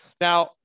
Now